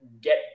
get